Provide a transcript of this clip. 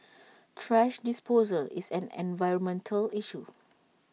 thrash disposal is an environmental issue